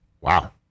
Wow